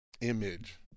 image